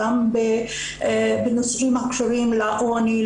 גם בנושאים הקשורים לעוני,